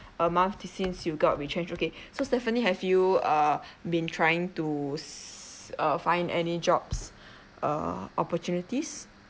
a month since you got retrenched okay so Stephanie have you uh been trying to uh find any jobs err opportunities